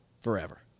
forever